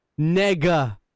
Nega